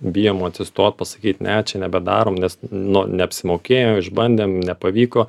bijom atsistot pasakyt ne čia nebedarom nes nu neapsimokėjo išbandėm nepavyko